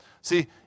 See